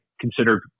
considered